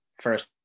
first